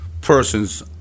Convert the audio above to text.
persons